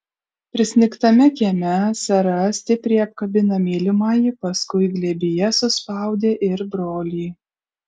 prisnigtame kieme sara stipriai apkabino mylimąjį paskui glėbyje suspaudė ir brolį